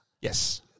Yes